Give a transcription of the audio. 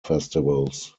festivals